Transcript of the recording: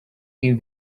you